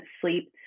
sleep